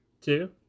Two